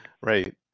Right